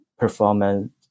performance